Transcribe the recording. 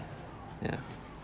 ya